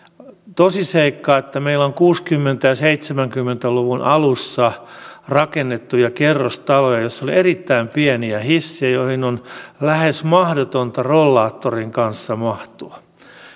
tosiseikka että meillä on kuusikymmentä ja seitsemänkymmentä luvun alussa rakennettuja kerrostaloja joissa oli erittäin pieniä hissejä joihin on lähes mahdotonta rollaattorin kanssa mahtua